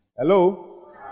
Hello